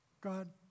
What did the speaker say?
God